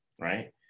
right